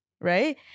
right